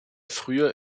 früher